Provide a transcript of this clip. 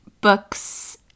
books